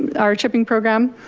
our chipping program.